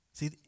See